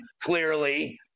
clearly